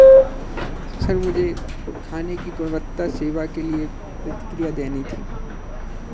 sir मुझे खाने की गुणवत्ता सेवा के लिए प्रतिक्रिया देनी थी